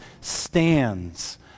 stands